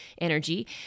energy